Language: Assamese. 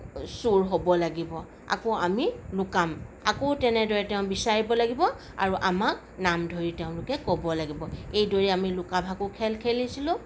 চুৰ হ'ব লাগিব আকৌ আমি লুকাম আকৌ তেনেদৰে তেওঁ বিচাৰিব লাগিব আৰু আমাক নাম ধৰি তেওঁ ক'ব লাগিব এইদৰেই আমি লুকাভাকু খেল খেলিছিলোঁ